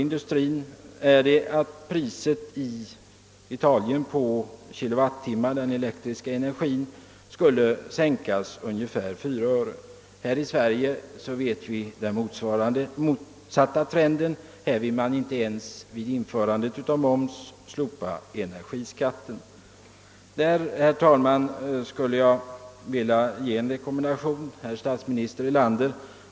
Inte minst betydelsefullt är att priset på den elektriska energin sänks med cirka 4 öre per kilowattimme för industrikraft. Här i Sverige är trenden motsatt — det vet vi. Här vill man inte ens slopa energiskatten vid införandet av moms. I detta avseende skulle jag, herr talman, vilja ge statsminister Erlander en rekommendation.